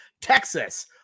Texas